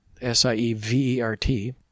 S-I-E-V-E-R-T